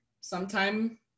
sometime